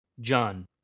John